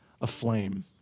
aflame